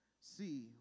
See